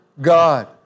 God